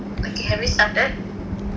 okay have you started